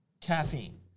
Caffeine